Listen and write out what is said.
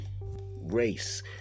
race